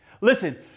Listen